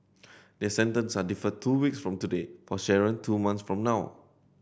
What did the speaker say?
their sentence are deferred two weeks from today for Sharon two months from now